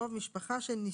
"קרוב משפחה של נספה"